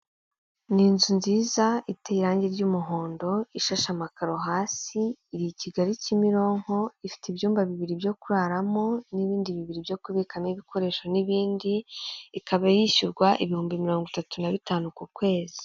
Ni inzu nziza iteye irange ry'umuhondo ishashe amakaro hasi iri i Kigali, kimironko, ifite ibyumba bibiri byo kuraramo n'ibindi bibiri byo kubikamo ibikoresho n'ibindi, ikaba yishyurwa ibihumbi mirongo itatu na bitanu ku kwezi.